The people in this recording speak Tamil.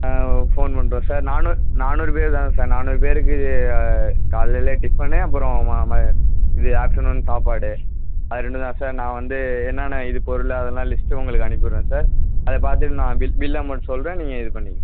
ஆ ஃபோன் பண்ணுறேன் சார் நானூ நானூறு பேர் தானே சார் நானூறு பேருக்கு காலையில் டிஃபன்னு அப்புறம் ம ம இது ஆஃப்டர்நூன் சாப்பாடு அது ரெண்டு தான் சார் நான் வந்து என்னென்ன இது பொருள் அதெல்லாம் லிஸ்ட்டு உங்களுக்கு அனுப்பி விடறேன் சார் அதைப் பார்த்துட்டு நான் பில் பில்லு அமௌன்ட் சொல்கிறேன் நீங்கள் இது பண்ணிக்கோங்க